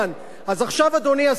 אדוני השר להגנת הסביבה,